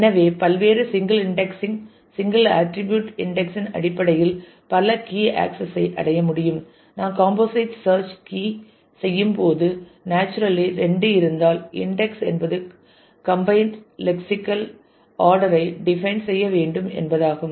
எனவே பல்வேறு single indexing single attribute index இன் அடிப்படையில் பல கீ ஆக்சஸ் ஐ அடைய முடியும் நாம் காம்போசிட் சேர்ச் கீ செய்யும்போது நேச்சுரலி 2 இருந்தால் இன்டெக்ஸ் என்பது கம்பைன்ட் லெக்சிக்கல் ஆடர் ஐ டிபைன் செய்ய வேண்டும் என்பதாகும்